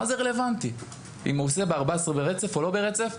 מה זה רלוונטי אם הוא עושה 14 ברצף או שלא ברצף.